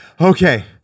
okay